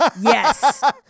Yes